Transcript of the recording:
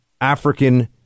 African